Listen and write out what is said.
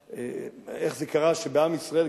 איך זה קרה שבעם ישראל,